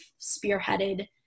spearheaded